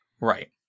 Right